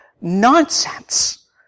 nonsense